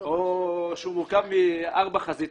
שהוא מורכב מארבע חזיתות.